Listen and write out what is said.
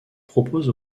propose